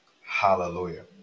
Hallelujah